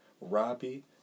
Robbie